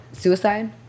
suicide